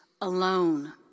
alone